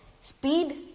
speed